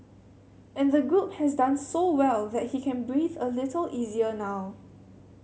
and the group has done so well that he can breathe a little easier now